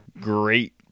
great